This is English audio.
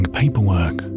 paperwork